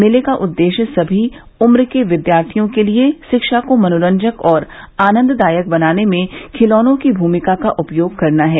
मेले का उद्देश्य सभी उम्र के विद्यार्थियों के लिए शिक्षा को मनोरंजक और आनन्ददायक बनाने में खिलौनों की भूमिका का उपयोग करना है